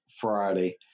Friday